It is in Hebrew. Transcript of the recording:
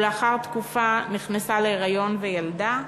ולאחר תקופה נכנסה להיריון וילדה.